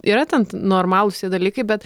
yra ten normalūs tie dalykai bet